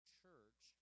church